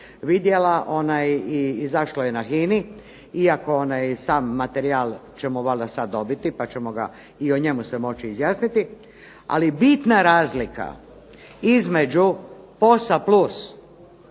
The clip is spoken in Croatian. vidjela, izašlo je na HINA-i, iako onaj sam materijal ćemo valjda sad dobiti pa ćemo ga, i o njemu se moći izjasniti, ali bitna razlika između POS-a plus